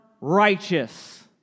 righteous